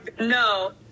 No